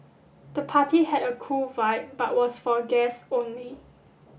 the party had a cool vibe but was for guests only